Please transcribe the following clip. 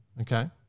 Okay